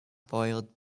boiled